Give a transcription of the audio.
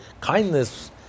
kindness